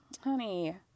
Honey